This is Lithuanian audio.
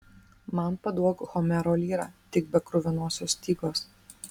man paduok homero lyrą tik be kruvinosios stygos